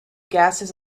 gases